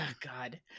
God